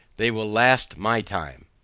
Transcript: they will last my time.